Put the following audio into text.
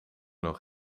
nog